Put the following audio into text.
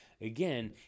Again